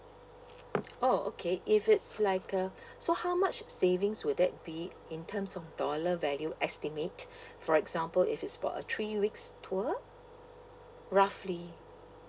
oh okay if it's like uh so how much savings would that be in terms of dollar value estimate for example if it's for a three weeks tour roughly